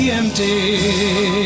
empty